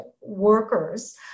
workers